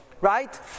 right